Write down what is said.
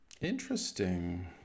Interesting